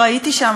לא הייתי שם,